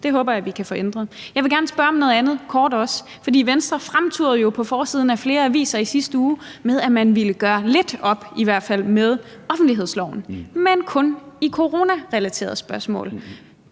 Det håber jeg vi kan få ændret. Jeg vil gerne kort spørge om noget andet, for Venstre fremturede jo på forsiderne af flere aviser i sidste uge med, at man ville gøre i hvert fald lidt op med offentlighedsloven, men kun i coronarelaterede spørgsmål.